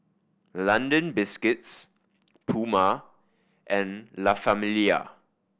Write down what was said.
London Biscuits Puma and La Famiglia